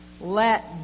let